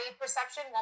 perception